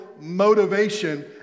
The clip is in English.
motivation